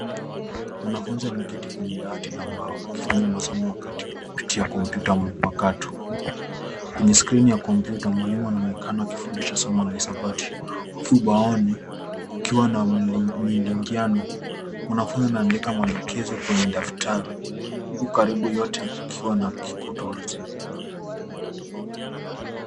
Mwanafunzi ameketi kwenye dawati la mbao, akifanya masomo kupitia kompyuta mpakato. Kwenye skrini ya kompyuta, mwalimu anaonekana akifundisha somo la hisabati, huku ubaoni kukiwa na milingiano. Mwanafunzi anaandika mwelekezo kwenye daftari, huku karibu yote kukiwa na kikotozi.